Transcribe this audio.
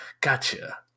gotcha